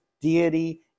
deity